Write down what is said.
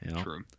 True